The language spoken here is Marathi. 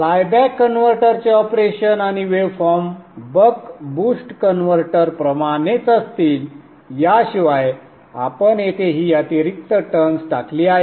फ्लायबॅक कनव्हर्टरचे ऑपरेशन आणि wave form buck boost converter प्रमाणेच असतील याशिवाय आपण येथे ही अतिरिक्त टर्न्स टाकली आहेत